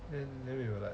then then we were like